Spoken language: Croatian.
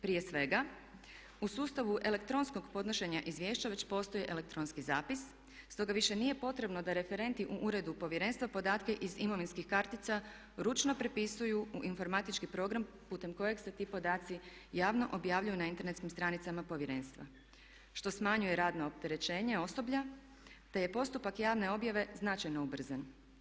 Prije svega, u sustavu elektronskog podnošenja izvješća već postoji elektronski zapis, stoga više nije potrebno da referenti u uredu Povjerenstva podatke iz imovinskih kartica ručno prepisuju u informatički program putem kojeg se ti podaci javno objavljuju na internetskim stranicama Povjerenstva što smanjuje radna opterećenje osoblja te je postupak javne objave značajno ubrzan.